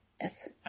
yes